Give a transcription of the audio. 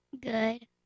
Good